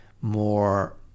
more